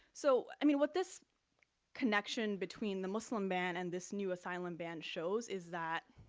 so i mean, what this connection between the muslim ban and this new asylum ban shows is that